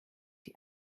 die